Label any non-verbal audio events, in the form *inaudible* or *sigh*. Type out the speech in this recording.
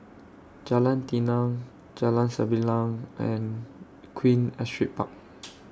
Jalan Tenang Jalan Sembilang and Queen Astrid Park *noise*